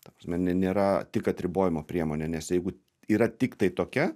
ta prasme ne nėra tik atribojimo priemonė nes jeigu yra tiktai tokia